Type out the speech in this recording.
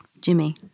Jimmy